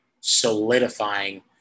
solidifying